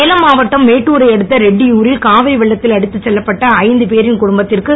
சேலம் மாவட்டம் மேட்டூரை அடுத்த ரெட்டியூரில் காவிரி வெள்ளத்தில் அடித்துச் செல்லப்பட்ட ச பேரின் குடும்பத்திற்கு